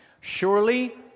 Surely